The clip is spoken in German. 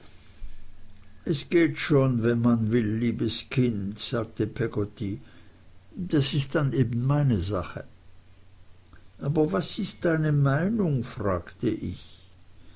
es geht schon wenn man will liebes kind sagte peggotty das ist dann eben meine sache aber was ist deine meinung fragte ich